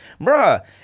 Bruh